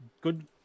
good